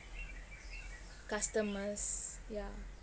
customers yeah